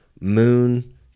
Moon